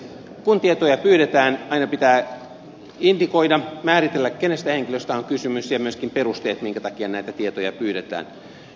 kun tietoja pyydetään aina pitää indikoida määritellä kenestä henkilöstä on kysymys ja myöskin määritellä perusteet minkä takia näitä tietoja pyydetään